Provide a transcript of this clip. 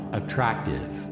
attractive